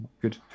Good